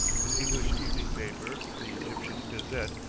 an english evening paper, the egyptian gazette,